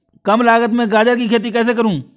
कम लागत में गाजर की खेती कैसे करूँ?